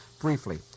Briefly